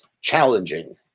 challenging